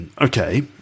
okay